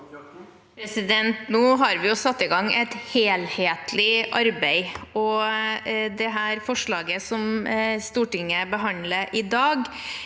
Nå har vi satt i gang et helhetlig arbeid, og forslaget som Stortinget behandler i dag,